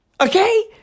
Okay